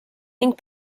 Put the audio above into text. ning